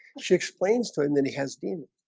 she explains to him that he has demons